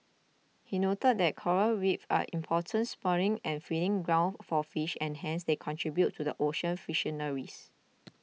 he noted that coral Reefs are important spawning and feeding grounds for fish and hence they contribute to the ocean fisheries